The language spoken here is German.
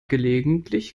gelegentlich